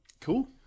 Cool